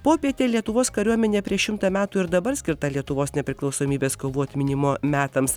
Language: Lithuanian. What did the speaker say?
popietė lietuvos kariuomenė prieš šimtą metų ir dabar skirta lietuvos nepriklausomybės kovų atminimo metams